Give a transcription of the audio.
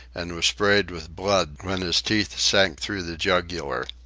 and was sprayed with blood when his teeth sank through the jugular.